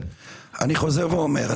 אני חוזר ואומר,